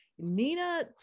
Nina